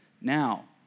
now